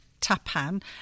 Tapan